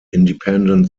independent